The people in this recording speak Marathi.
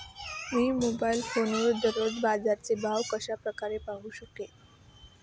मी मोबाईल फोनवर दररोजचे बाजाराचे भाव कशा प्रकारे पाहू शकेल?